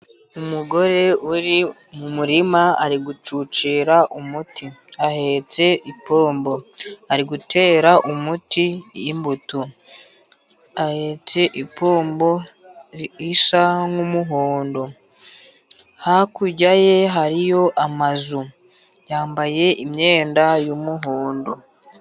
Umugore uri mu murima ari gucucira umuti ahetse ipombo, arigutera umuti imbuto ahetse ipombo isa nk'umuhondo, hakurya ye hariyo amazu yambaye imyenda y'umuhondo.